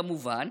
כמובן,